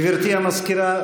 גברתי המזכירה,